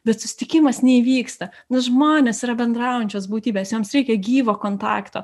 bet susitikimas neįvyksta nu žmonės yra bendraujančios būtybės joms reikia gyvo kontakto